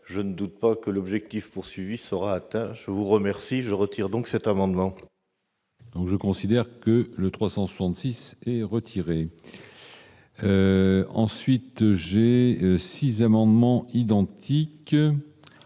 je ne doute pas que l'objectif poursuivi sera atteint, je vous remercie, je retire donc cet amendement. Donc je considère que le 366 et retiré. Ensuite j'ai 6 amendements identiques,